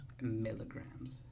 Milligrams